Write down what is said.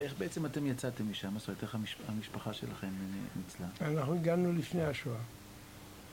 איך בעצם אתם יצאתם משם? מה זאת אומרת, איך המשפחה שלכם נצלה? אנחנו הגענו לפני השואה.